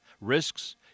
risks